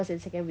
!wah!